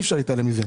ואי אפשר להתעלם מזה.